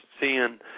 seeing